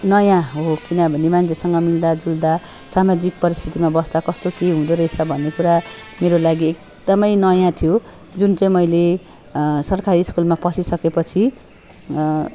नयाँ हो किनभने मान्छेसँग मिल्दाजुल्दा सामाजिक परिस्थितिमा बस्दा कस्तो के हुँदोरहेछ भन्ने कुरा मेरो लागि एकदमै नयाँ थियो जुन चाहिँ मैले सरकारी स्कुलमा पसिसकेपछि